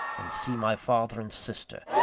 and see my father and sister,